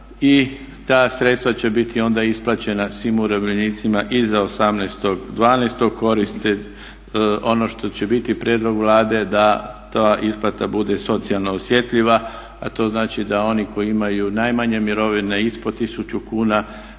ta sredstva će biti onda isplaćena svim umirovljenicima iza 18.12. …/Govornik se ne razumije./… ono što će biti prijedlog Vlade da ta isplata bude socijalno osjetljiva. A to znači da oni koji imaju najmanje mirovine ispod 1000 kuna